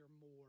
more